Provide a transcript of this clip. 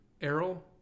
Errol